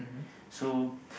so